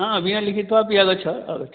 आ विना लिखित्वा अपि आगच्छ आगच्छ